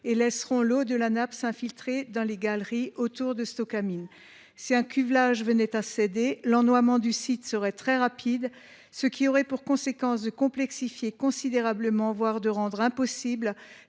et laisseront l’eau de la nappe s’infiltrer dans les galeries autour de Stocamine. Si l’un des cuvelages venait à céder, l’ennoiement du site serait très rapide, ce qui aurait pour conséquence de complexifier considérablement, voire de rendre impossible